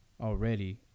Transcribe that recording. already